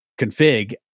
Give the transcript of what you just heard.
config